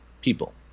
people